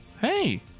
Hey